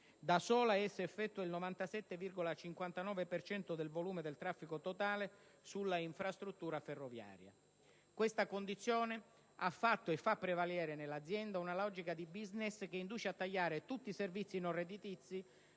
Da sola essa effettua il 97,59 per cento del volume del traffico totale sulla infrastruttura ferroviaria. Questa condizione ha fatto e fa prevalere nell'azienda una logica di *business* che induce a tagliare tutti i servizi non redditizi,